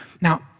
Now